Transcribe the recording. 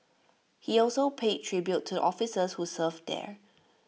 he also paid tribute to officers who served there